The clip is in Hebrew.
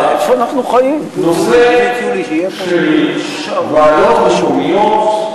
הנושא של ועדות מקומיות,